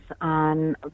on